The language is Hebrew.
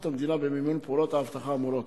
המדינה במימון פעולות האבטחה האמורות.